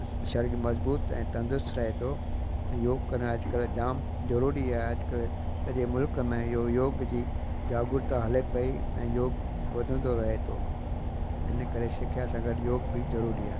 शरीर मजबूतु ऐं तंदुरुस्त रहे थो ऐं योग करणु अॼुकल्ह जाम ज़रूरी आहे अॼुकल्ह सॼे मुल्क में इहो योग जी जागरुकता हले पई ऐं योग वधंदो रहे थो इन करे शिक्षा सां गॾु योग बि ज़रूरी आहे